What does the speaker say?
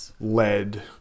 lead